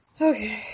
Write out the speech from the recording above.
Okay